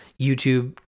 YouTube